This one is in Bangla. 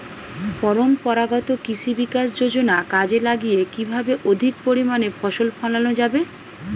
পরম্পরাগত কৃষি বিকাশ যোজনা কাজে লাগিয়ে কিভাবে অধিক পরিমাণে ফসল ফলানো যাবে?